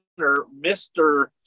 Mr